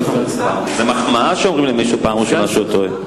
זו מחמאה שאומרים למישהו שפעם ראשונה שהוא טועה.